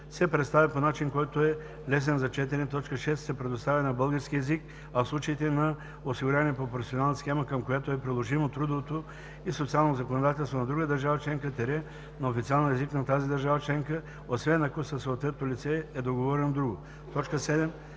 се представя по начин, който е лесен за четене; 6. се предоставя на български език, а в случаите на осигуряване по професионална схема, към която е приложимо трудовото и социалното законодателство на друга държава членка – на официалния език на тази държава членка, освен ако със съответното лице е договорено друго; 7.